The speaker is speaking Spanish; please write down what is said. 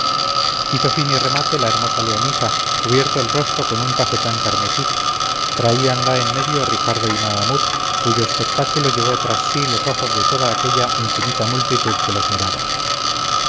y remate la hermosa leonisa cubierto el rostro con un tafetán carmesí traíanla en medio ricardo y mahamut cuyo espectáculo llevó tras si los ojos de toda aquella infinita multitud que los miraba